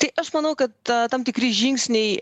tai aš manau kad tam tikri žingsniai